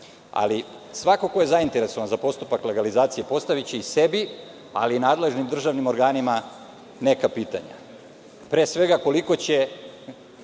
Svako ko je zainteresovan za postupak legalizacije postaviće i sebi, ali i nadležnim državnim organima, neka pitanja. Pre svega, koliko će